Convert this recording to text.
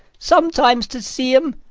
sometimes to see em,